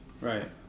Right